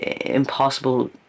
impossible